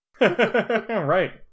Right